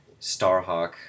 Starhawk